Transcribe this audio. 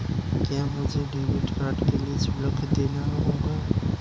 क्या मुझे debit card प्राप्त करने के लिए शुल्क देना होगा?